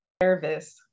Nervous